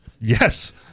Yes